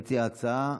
מציע ההצעה.